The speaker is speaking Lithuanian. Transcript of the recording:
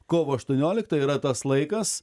kovo aštuoniolikta yra tas laikas